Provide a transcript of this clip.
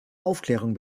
aufklärung